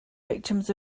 victims